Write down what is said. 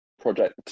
project